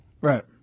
Right